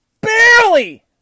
barely